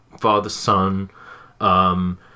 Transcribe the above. father-son